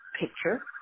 picture